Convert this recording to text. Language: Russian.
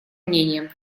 мнением